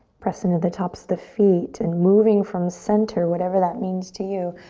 press into the tops of the feet and moving from center, whatever that means to you,